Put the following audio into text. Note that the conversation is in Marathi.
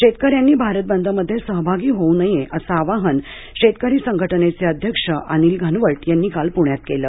शेतकऱ्यांनी भारत बंदमध्ये सहभागी होऊ नये असे आवाहन शेतकरी संघटनेचे अध्यक्ष अनिल घनवट यांनी काल पुण्यात केले